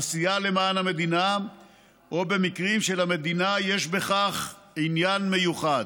עשייה למען המדינה או במקרים שלמדינה יש בכך עניין מיוחד.